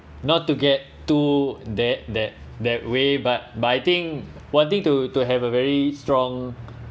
not to get too that that that way but but I think one thing to to have a very strong